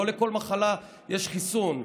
לא לכל מחלה יש חיסון.